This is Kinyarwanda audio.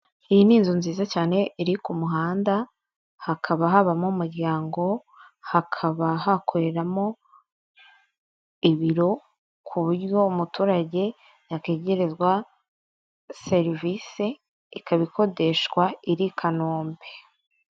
Iyi ni inzu nziza cyane iri ku muhanda, hakaba habamo umuryango, hakaba hakoreramo ibiro, ku buryo umuturage yakwegerezwa serivisi, ikaba ikodeshwa iri Kanombe.